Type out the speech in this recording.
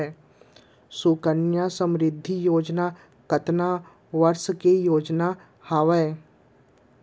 सुकन्या समृद्धि योजना कतना वर्ष के योजना हावे?